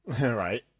Right